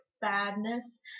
badness